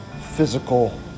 physical